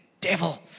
devil